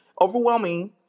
overwhelming